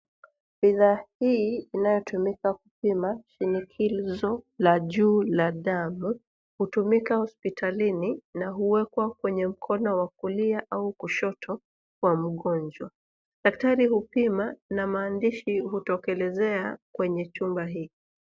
Bidhaa hii inayotumika kupima shinikizo la juu la damu, hutumika hospitalini na huwekwa kwenye mkono wa kulia au kushoto wa mgonjwa. Daktari hupima, na maandishi hutokelezea kwenye chumba hiki.